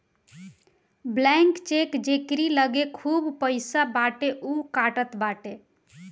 blank cheque जेकरी लगे खूब पईसा बाटे उ कटात बाटे